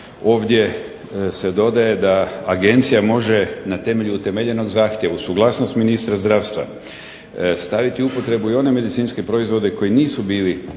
ovdje se dodaje da agencija može na temelju utemeljenog zahtjevu suglasnost ministra zdravstva staviti u upotrebu i one medicinske proizvode koji nisu bili